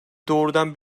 doğrudan